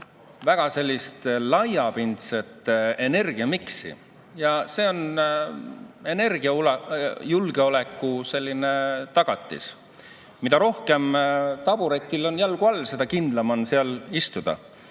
väga sellist laiapindset energiamiksi, see on energiajulgeoleku tagatis. Mida rohkem taburetil on jalgu all, seda kindlam on seal istuda.